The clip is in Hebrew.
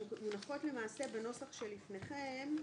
הן מונחות למעשה בנוסח שלפניכם,